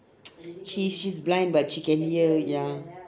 she's she's blind but she can hear it ya